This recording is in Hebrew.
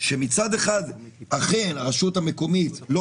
כאשר מצד אחד אכן הרשות המקומית לא